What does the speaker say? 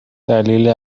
دلیل